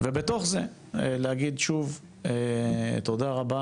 ובתוך זה להגיד שוב תודה רבה